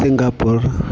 Singapore